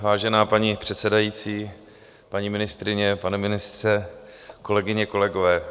Vážená paní předsedající, paní ministryně, pane ministře, kolegyně, kolegové.